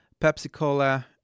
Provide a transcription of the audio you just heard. Pepsi-Cola